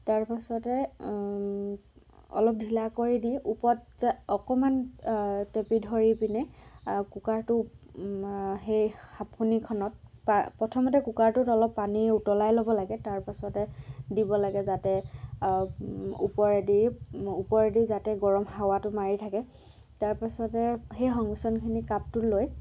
তাৰ পাছতে অলপ ঢিলা কৰি দি ওপৰত যে অকণমান টেপি ধৰি পিনে কুকাৰটোক সেই সাঁফনিখনত প্ৰথমতে কুকাৰটোত অলপ পানী উতলাই ল'ব লাগে তাৰ পাছতে দিব লাগে যাতে ওপৰেদি ওপৰেদি যাতে গৰম হাৱাটো মাৰি থাকে তাৰ পাছতে সেই সংমিশ্ৰণখিনি কাপটোত লৈ